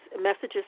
Messages